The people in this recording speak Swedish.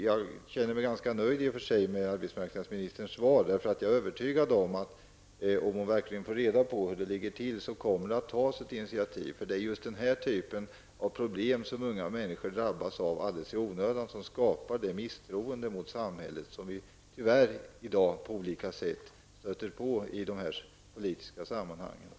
Jag känner mig i och för sig ganska nöjd med arbetsmarknadsministerns svar, eftersom jag är övertygad om att det kommer att tas ett initiativ om arbetsmarknadsministern verkligen får reda på hur det ligger till. Det är just den här typen av problem, som unga människor drabbas av alldeles i onödan, som skapar det misstroende mot samhället som vi tyvärr på olika sätt stöter på i politiska sammanhang.